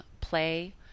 play